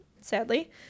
sadly